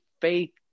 faith